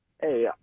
Hey